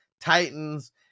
Titans